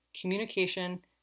communication